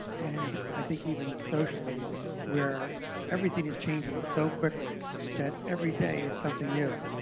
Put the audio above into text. and i think even socially where everything is changing so quickly that every day it's something new.